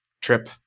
trip